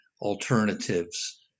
alternatives